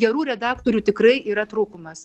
gerų redaktorių tikrai yra trūkumas